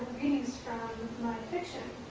is from my fiction.